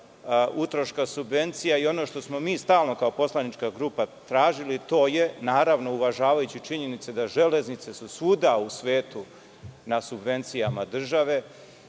utroška subvencija. Ono što smo mi stalno kao poslanička grupa tražili, uvažavajući činjenice da železnice su svuda u svetu na subvencijama države